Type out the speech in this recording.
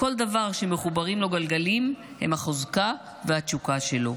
כל דבר שמחוברים לו גלגלים הוא החוזקה והתשוקה שלו.